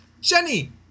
Jenny